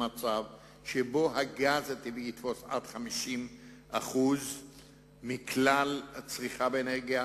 למצב שבו הגז הטבעי יתפוס עד 50% מכלל צריכת האנרגיה,